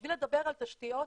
בשביל לדבר על תשתיות